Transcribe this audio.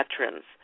veterans